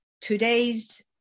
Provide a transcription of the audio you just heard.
today's